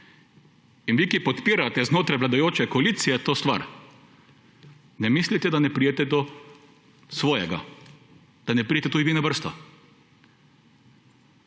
in vi ki podpirate znotraj vladajoče koalicije to stvar ne mislite, da ne pride do svojega, da ne pridete tudi vi na vrsto.